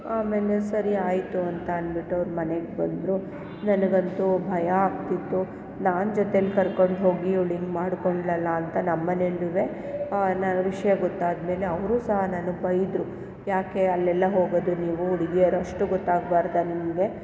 ಆಮೇಲೆ ಸರಿ ಆಯಿತು ಅಂತ ಅಂದ್ಬಿಟ್ಟು ಅವ್ರು ಮನೆಗೆ ಬಂದರು ನನಗಂತೂ ಭಯ ಆಗ್ತಿತ್ತು ನಾನು ಜೊತೇಲಿ ಕರ್ಕೊಂಡು ಹೋಗಿ ಇವ್ಳು ಹಿಂಗೆ ಮಾಡ್ಕೊಂಡಳಲ್ಲ ಅಂತ ನಮ್ಮನೆಯಲ್ಲೂ ನಾನು ವಿಷಯ ಗೊತ್ತಾದ್ಮೇಲೆ ಅವರು ಸಹ ನನಗೆ ಬೈದರು ಯಾಕೆ ಅಲ್ಲೆಲ್ಲ ಹೋಗೋದು ನೀವು ಹುಡುಗಿಯರು ಅಷ್ಟು ಗೊತ್ತಾಗಬಾರ್ದ ನಿಮಗೆ